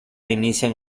inician